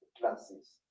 classes